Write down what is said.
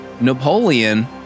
Napoleon